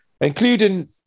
including